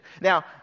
Now